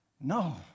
No